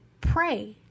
pray